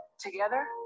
together